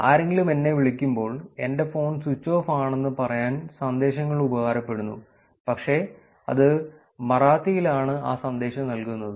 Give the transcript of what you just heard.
ആരെങ്കിലും എന്നെ വിളിക്കുമ്പോൾ എൻറെ ഫോൺ സ്വിച്ച് ഓഫ് ആണെന്ന് പറയാൻ സന്ദേശങ്ങൾ ഉപകാരപ്പെടുന്നു പക്ഷേ അത് മറാത്തിയിൽ ആണ് ആ സന്ദേശം നൽകുന്നത്